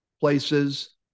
places